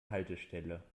haltestelle